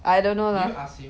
I don't know lah